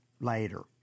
later